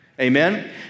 Amen